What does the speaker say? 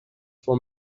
for